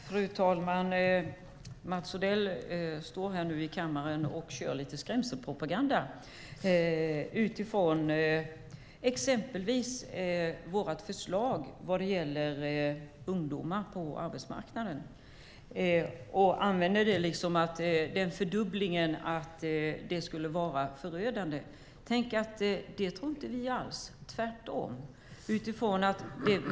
Fru talman! Mats Odell står nu här i kammaren och framför lite skrämselpropaganda med anledning av exempelvis vårt förslag som gäller ungdomar på arbetsmarknaden. Han säger att en fördubbling av arbetsgivaravgifterna för unga skulle vara förödande. Det tror inte vi - tvärtom.